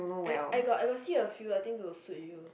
I I got I got see a few I think will suit you